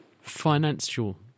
financial